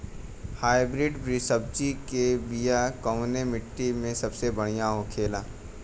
Hybrid सब्जी के बिया कवने मिट्टी में सबसे बढ़ियां होखे ला?